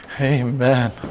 Amen